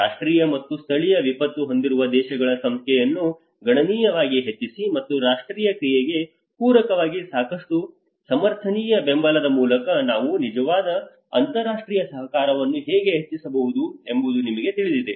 ರಾಷ್ಟ್ರೀಯ ಮತ್ತು ಸ್ಥಳೀಯ ವಿಪತ್ತು ಹೊಂದಿರುವ ದೇಶಗಳ ಸಂಖ್ಯೆಯನ್ನು ಗಣನೀಯವಾಗಿ ಹೆಚ್ಚಿಸಿ ಮತ್ತು ರಾಷ್ಟ್ರೀಯ ಕ್ರಿಯೆಗೆ ಪೂರಕವಾಗಿ ಸಾಕಷ್ಟು ಸಮರ್ಥನೀಯ ಬೆಂಬಲದ ಮೂಲಕ ನಾವು ನಿಜವಾಗಿ ಅಂತರರಾಷ್ಟ್ರೀಯ ಸಹಕಾರವನ್ನು ಹೇಗೆ ಹೆಚ್ಚಿಸಬಹುದು ಎಂದು ನಿಮಗೆ ತಿಳಿದಿದೆ